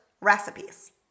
recipes